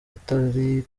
atari